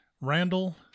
Randall